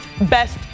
best